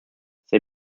they